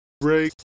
break